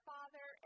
Father